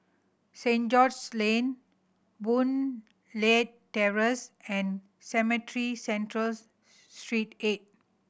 Saint George's Lane Boon Leat Terrace and Cemetry Central Street Eight